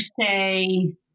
say